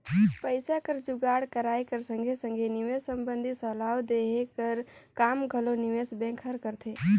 पइसा कर जुगाड़ कराए कर संघे संघे निवेस संबंधी सलाव देहे कर काम घलो निवेस बेंक हर करथे